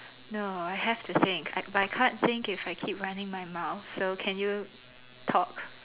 no I have to think I but I can't think if I keep running my mouth so can you talk